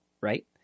right